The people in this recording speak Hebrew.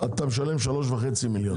אתה משלם 3.5 מיליון.